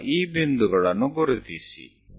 ಈಗ ಈ ಬಿಂದುಗಳನ್ನು ಗುರುತಿಸಿ